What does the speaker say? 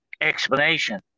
explanation